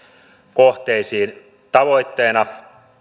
kohteisiin tavoitteena